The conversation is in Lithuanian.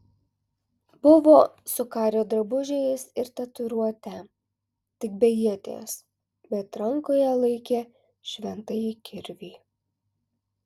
buvo su kario drabužiais ir tatuiruote tik be ieties bet rankoje laikė šventąjį kirvį